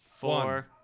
Four